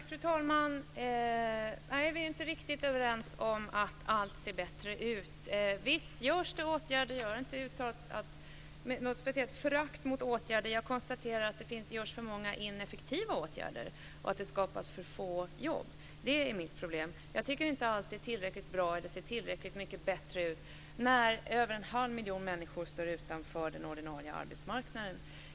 Fru talman! Nej, vi är inte riktigt överens om att allt ser bättre ut. Visst görs det åtgärder, och jag har inte uttalat något speciellt förakt mot åtgärder. Jag konstaterar att det görs för många ineffektiva åtgärder och att det skapas för få jobb. Det är mitt problem. Jag tycker inte att allt är tillräckligt bra eller ser tillräckligt mycket bättre ut när över en halv miljon människor står utanför den ordinarie arbetsmarknaden.